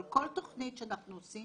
אבל כל תכנית שאנחנו עושים,